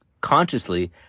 consciously